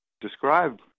describe